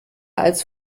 als